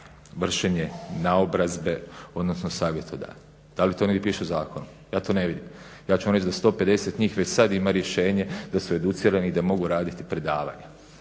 vršenje naobrazbe odnosno …, da li to negdje piše u zakonu? Ja to ne vidim. Ja ću vam reći da 150 njih već sad ima rješenje da su educirani i da mogu raditi predavanja,